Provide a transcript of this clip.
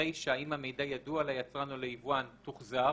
הרי ש"אם המידע ידוע ליצרן או ליבואן" תוחזר,